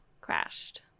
crashed